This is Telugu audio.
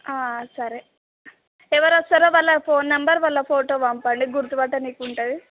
ఆ సరే ఎవరు వస్తారో వాళ్ళ ఫోన్ నెంబర్ వాళ్ళ ఫోటో పంపండి గుర్తుపట్టడానికి ఉంటుంది